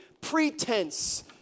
pretense